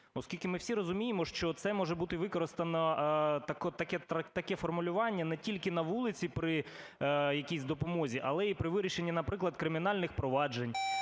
Оскільки ми всі розуміємо, що це може бути використано, таке формулювання, не тільки на вулиці при якійсь допомозі, але і при вирішенні, наприклад, кримінальних проваджень,